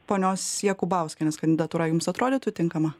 ponios jakubauskienės kandidatūra jums atrodytų tinkama